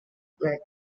flag